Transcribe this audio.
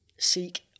Seek